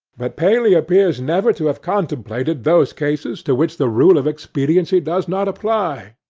but paley appears never to have contemplated those cases to which the rule of expediency does not apply,